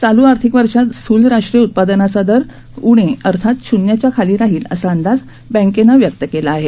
चालू आर्थिक वर्षात स्थूल राष्ट्रीय उत्पादनाचा दर उणे अर्थात शून्याच्या खाली राहील असा अंदाज बँकेनं व्यक्त केला आहे